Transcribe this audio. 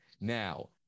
Now